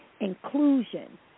inclusion